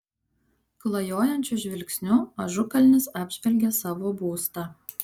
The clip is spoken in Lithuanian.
klajojančiu žvilgsniu ažukalnis apžvelgė savo būstą